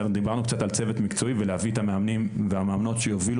דיברנו על צוות מקצועי ולהביא את המאמנים והמאמנות שיובילו